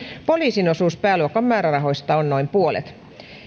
poliisin osuus pääluokan määrärahoista on noin puolet